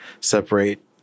separate